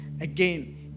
again